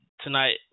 tonight